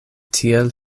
tiel